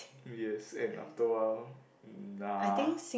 two years and after a while mm nah